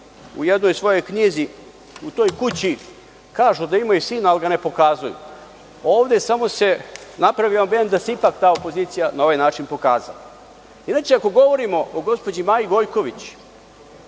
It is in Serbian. u jednoj svojoj knjizi – U toj kući kažu da imaju sina, ali ga ne pokazuju. Ovde se samo napravio ambijent da se ipak ta opozicija na ovaj način pokazala. Inače, ako govorimo o gospođi Maji Gojković,